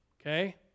Okay